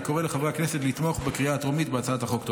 אני קורא לחברי הכנסת לתמוך בהצעת החוק בקריאה הטרומית.